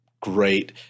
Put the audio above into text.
great